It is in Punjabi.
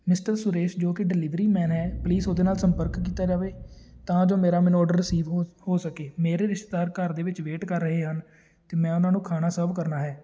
ਮਿਸਟਰ ਸੁਰੇਸ਼ ਜੋ ਕਿ ਡਿਲੀਵਰੀ ਮੈਨ ਹੈ ਪਲੀਜ਼ ਉਹਦੇ ਨਾਲ ਸੰਪਰਕ ਕੀਤਾ ਜਾਵੇ ਤਾਂ ਜੋ ਮੇਰਾ ਮੈਨੂੰ ਔਡਰ ਰਿਸੀਵ ਹੋ ਹੋ ਸਕੇ ਮੇਰੇ ਰਿਸ਼ਤੇਦਾਰ ਘਰ ਦੇ ਵਿੱਚ ਵੇਟ ਕਰ ਰਹੇ ਹਨ ਅਤੇ ਮੈਂ ਉਹਨਾਂ ਨੂੰ ਖਾਣਾ ਸਰਵ ਕਰਨਾ ਹੈ